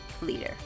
leader